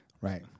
Right